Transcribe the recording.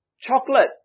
chocolate